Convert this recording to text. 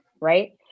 right